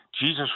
Jesus